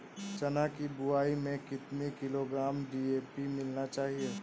चना की बुवाई में कितनी किलोग्राम डी.ए.पी मिलाना चाहिए?